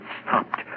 stopped